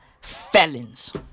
felons